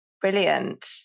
brilliant